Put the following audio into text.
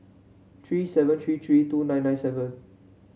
three seven three three two nine nine seven